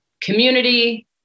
community